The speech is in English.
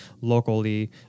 locally